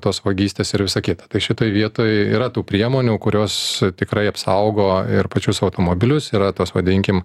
tos vagystės ir visa kita tai šitoj vietoj yra tų priemonių kurios tikrai apsaugo ir pačius automobilius yra tos vadinkim